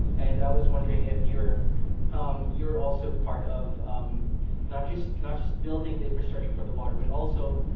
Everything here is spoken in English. and i was wondering if you're um you're also a part of um not just not just building the infrastructure for the water but also